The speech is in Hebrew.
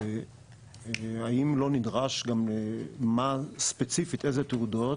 האם לא נדרש גם מה ספציפית, אילו תעודות?